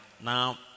Now